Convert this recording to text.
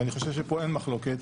ואני חושב שבעניין זה אין מחלוקת,